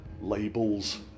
labels